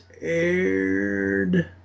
aired